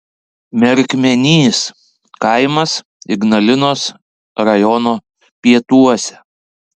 merkmenys kaimas ignalinos rajono pietuose